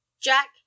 jack